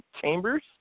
chambers